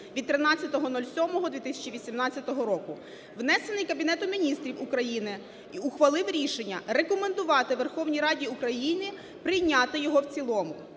(від 13.07.2018 року), внесений Кабінетом Міністрів України, ухвалив рішення рекомендувати Верховній Раді України прийняти його в цілому.